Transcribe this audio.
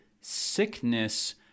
sickness